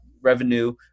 revenue